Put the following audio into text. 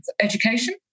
education